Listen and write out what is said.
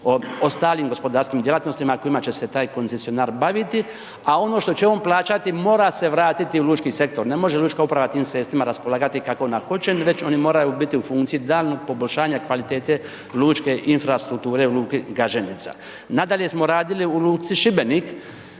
ostalim gospodarskim djelatnostima kojima će se taj koncesionar baviti. A ono što će on plaćati mora se vratiti u lučki sektor, ne može lučka uprava tim sredstvima raspolagati kako ona hoće već oni moraju biti u funkciji daljnjeg poboljšanja kvalitete lučke infrastrukture u luki Gaženica. Nadalje smo radili u luci Šibenik,